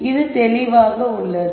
ஆகவே அது தெளிவாக உள்ளது